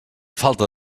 falta